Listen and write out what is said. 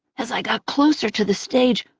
as i got closer to the stage,